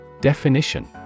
Definition